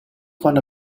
quando